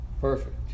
perfect